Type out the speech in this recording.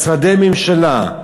משרדי ממשלה,